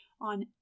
on